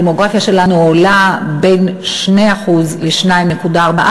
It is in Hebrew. הדמוגרפיה שלנו עולה ב-2% 2.4%,